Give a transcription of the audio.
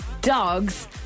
dogs